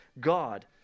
God